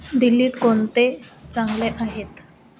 दिल्लीत कोणते चांगले आहेत